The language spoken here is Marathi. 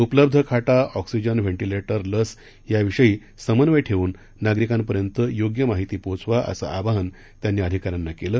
उपलब्ध खाटा ऑक्सिजन व्हेंटिलेटर लस याविषयी समन्वय ठेवून नागरिकांपर्यंत योग्य माहिती पोहोचवा असं आवाहन त्यांनी अधिकाऱ्यांना केलं